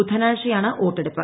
ബുധനാഴ്ചയാണ് വോട്ടെടുപ്പ്